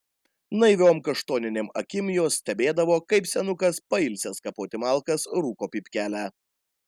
naiviom kaštoninėm akim jos stebėdavo kaip senukas pailsęs kapoti malkas rūko pypkelę